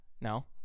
no